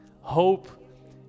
Hope